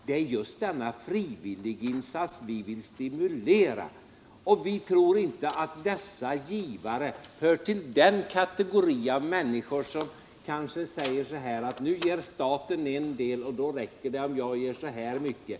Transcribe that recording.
Det är just denna frivilliginsats vi vill stimulera, och vi tror inte att dessa givare hör till den kategori av människor som kanske säger sig: När nu staten ger en del, räcker det att jag ger så här mycket.